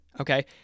Okay